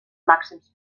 màxims